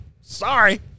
Sorry